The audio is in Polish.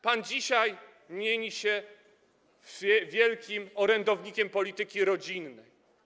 Pan dzisiaj mieni się wielkim orędownikiem polityki rodzinnej.